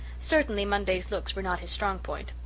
certainly, monday's looks were not his strong point.